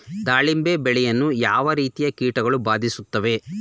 ದಾಳಿಂಬೆ ಬೆಳೆಯನ್ನು ಯಾವ ರೀತಿಯ ಕೀಟಗಳು ಬಾಧಿಸುತ್ತಿವೆ?